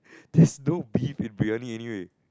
there's no beef in Briyani anyway